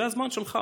זה הזמן שלך,